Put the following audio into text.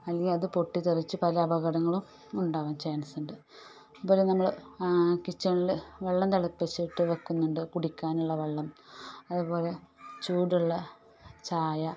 അല്ലെങ്കിൽ അത് പൊട്ടിത്തെറിച്ച് പല അപകടങ്ങളും ഉണ്ടാവാൻ ചാൻസുണ്ട് അതു പോലെ നമ്മൾ കിച്ചണിൽ വെള്ളം തിളപ്പിച്ചിട്ട് വയ്ക്കുന്നുണ്ട് കുടിക്കാനുള്ള വെള്ളം അതുപോലെ ചൂടുള്ള ചായ